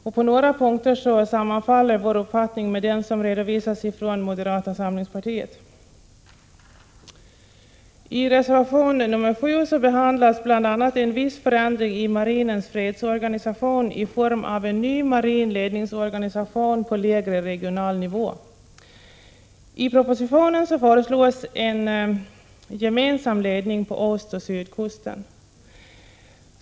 På några punkter sammanfaller vår uppfattning med den som redovisas från moderata samlingspartiet. I reservation nr 7 behandlas bl.a. en viss förändring i marinens fredsorganisation i form av en ny marin ledningsorganisation på lägre regional nivå. I propositionen föreslås en gemensam ledning för ostkusten och en gemensam ledning för sydkusten.